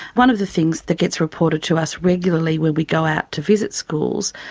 one of the things that gets reported to us regularly when we go out to visit schools,